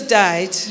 died